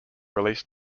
release